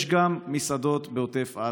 יש מסעדות גם בעוטף עזה.